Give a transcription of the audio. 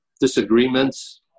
disagreements